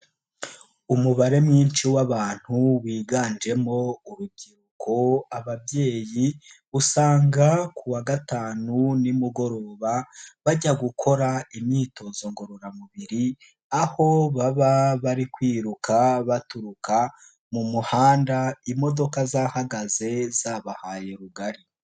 Umubare mwinshi w'abantu, biganjemo urubyiruko, ababyeyi, usanga ku wa gatanu, nimugoroba, bajya gukora imyitozo ngororamubiri, aho baba bari kwiruka, baturuka mu muhanda, imodoka zahagaze, zabahaye rugari.